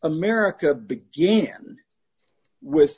america begin with